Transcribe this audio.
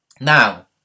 Now